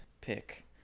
pick